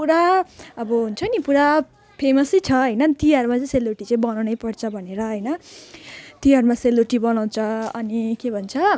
पुरा अब हुन्छ नि पुरा फेमसै छ होइन तिहारमा चाहिँ सेलरोटी चाहिँ बनाउनैपर्छ भनेर होइन तिहारमा सेलरोटी बनाउँछ अनि के भन्छ